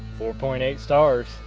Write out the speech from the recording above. four point eight stars.